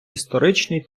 історичний